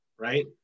right